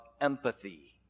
empathy